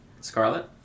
Scarlet